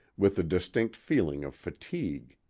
with a distinct feeling of fatigue.